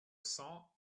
cents